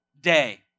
day